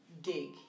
dig